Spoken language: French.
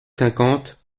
cinquante